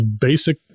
basic